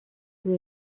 روی